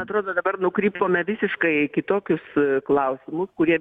atrodo dabar nukrypome visiškai į kitokius klausimus kurie